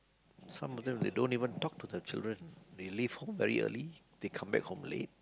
some of them they don't even talk to their children they leave home very early they come back home late